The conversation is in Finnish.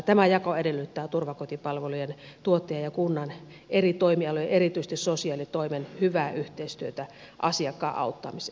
tämä jako edellyttää turvakotipalvelujen tuottajien ja kunnan eri toimialojen erityisesti sosiaalitoimen hyvää yhteistyötä asiakkaan auttamiseksi